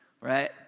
Right